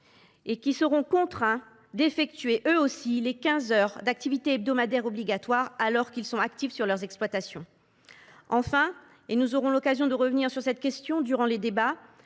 et qui seront contraints d’effectuer, eux aussi, les quinze heures d’activité hebdomadaire obligatoires, alors qu’ils sont actifs sur leur exploitation ? Enfin, et nous aurons l’occasion de revenir sur ce point durant les débats,